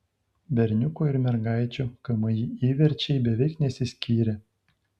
berniukų ir mergaičių kmi įverčiai beveik nesiskyrė